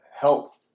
help